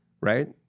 right